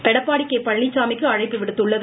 எடப்பாடி பழனிச்சாமிக்கு அழைப்பு விடுத்துள்ளது